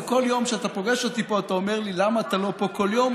וכל יום כשאתה פוגש אותי פה אתה אומר לי: למה אתה לא פה כל יום?